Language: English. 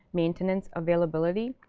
maintenance, availability,